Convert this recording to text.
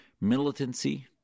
militancy